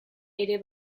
ere